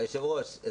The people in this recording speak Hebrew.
היושב-ראש,